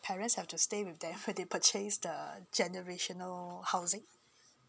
parents have to stay with their they purchase the generational housing